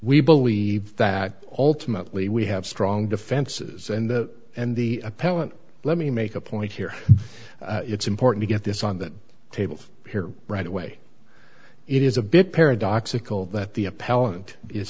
we believe that ultimately we have strong defenses and that and the appellant let me make a point here it's important to get this on the table here right away it is a bit paradoxical that the